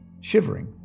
Shivering